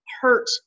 hurt